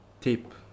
tip